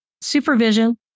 supervision